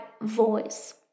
voice